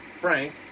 Frank